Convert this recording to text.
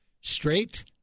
Straight